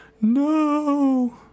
No